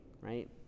right